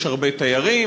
יש הרבה תיירים,